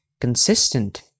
consistent